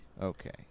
Okay